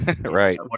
right